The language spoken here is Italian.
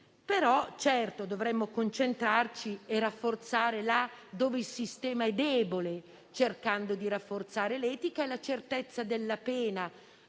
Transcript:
però, certo, dovremmo concentrarci e rafforzare là dove il sistema è debole, cercando di rafforzare l'etica e la certezza della pena,